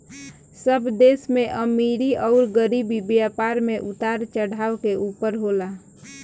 सब देश में अमीरी अउर गरीबी, व्यापार मे उतार चढ़ाव के ऊपर होला